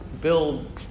build